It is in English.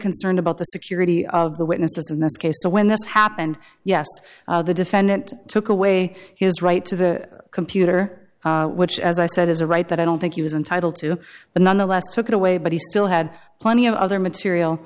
concerned about the security of the witnesses in this case so when this happened yes the defendant took away his right to the computer which as i said is a right that i don't think he was entitled to but nonetheless took it away but he still had plenty of other